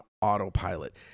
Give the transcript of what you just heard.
autopilot